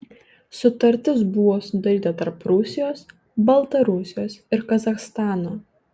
sutartis buvo sudaryta tarp rusijos baltarusijos ir kazachstano